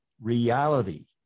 reality